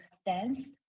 stance